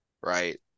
Right